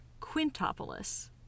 quintopolis